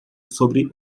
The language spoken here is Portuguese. sobre